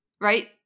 Right